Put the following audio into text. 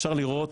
אפשר לראות